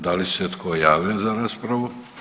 Da li se tko javlja za raspravu?